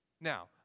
Now